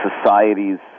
society's